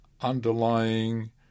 underlying